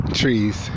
trees